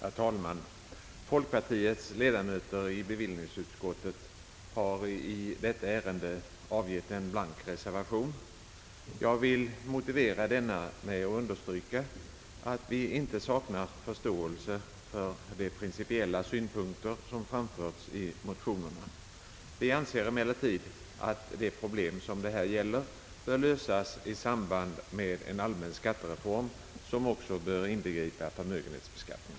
Herr talman! Folkpartiets ledamöter i bevillningsutskottet har i detta ärende avgivit en blank reservation. Jag vill motivera denna genom att understryka att vi inte saknar förståelse för de principiella synpunkter som framförts i motionerna. Vi anser emellertid att dei problem som det här gäller bör lösas i samband med en allmän skattereform, som också bör inbegripa förmögenhetsbeskattningen.